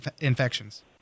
infections